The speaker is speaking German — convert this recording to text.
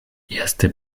erste